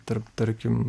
tarp tarkim